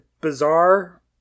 bizarre